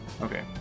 Okay